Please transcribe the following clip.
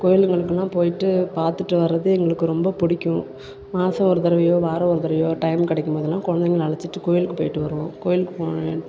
கோயிலுங்களுக்கெல்லாம் போயிட்டு பார்த்துட்டு வரது எங்களுக்கு ரொம்ப பிடிக்கும் மாதம் ஒரு தடவையோ வாரம் ஒரு தடவையோ டைம் கிடைக்கும் போதெலாம் கொழந்தைங்கள அழைச்சிட்டு கோயிலுக்கு போயிட்டு வருவோம் கோயிலுக்கு போனேன்